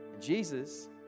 Jesus